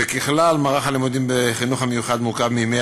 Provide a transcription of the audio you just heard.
וככלל מערך הלימודים בחינוך המיוחד מורכב מימי